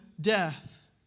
death